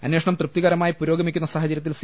അന്വേഷണം തൃപ്തികരമായി പുരോഗമിക്കുന്ന സാഹച ര്യത്തിൽ സി